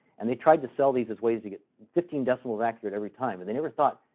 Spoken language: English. and they tried to sell these as ways to get fifteen decimals accurate every time. and they never thought,